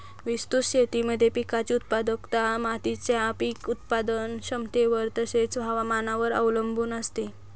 विस्तृत शेतीमध्ये पिकाची उत्पादकता मातीच्या पीक उत्पादन क्षमतेवर तसेच, हवामानावर अवलंबून असते